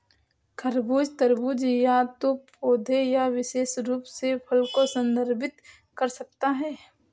खरबूज, तरबूज या तो पौधे या विशेष रूप से फल को संदर्भित कर सकता है